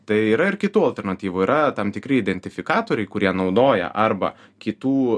tai yra ir kitų alternatyvų yra tam tikri identifikatoriai kurie naudoja arba kitų